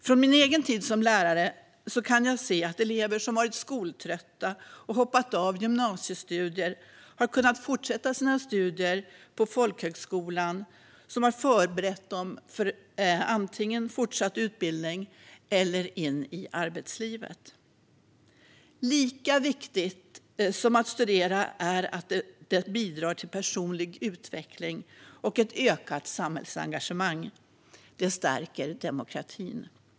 Från min egen tid som lärare kan jag se att elever som varit skoltrötta och hoppat av gymnasiestudier har kunnat fortsätta sina studier på folkhögskolan, som har förberett dem för fortsatt utbildning eller lett dem in i arbetslivet. Lika viktigt som studierna är att det bidrar till personlig utveckling och ett ökat samhällsengagemang. Detta stärker demokratin.